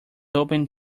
open